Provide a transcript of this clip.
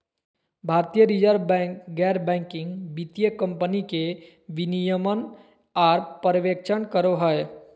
भारतीय reserve bank गैर banking वित्तीय कम्पनी के विनियमन आर पर्यवेक्षण करो हय